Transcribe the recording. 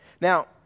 Now